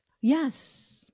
Yes